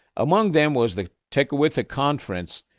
among them was the tekakwitha conference,